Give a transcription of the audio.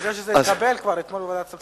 אני חושב שזה התקבל כבר אתמול בוועדת כספים.